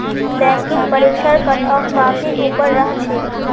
banking परीक्षार cutoff काफी ऊपर रह छेक